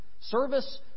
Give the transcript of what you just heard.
Service